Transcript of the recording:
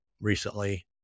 recently